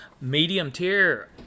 medium-tier